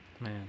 Man